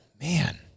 man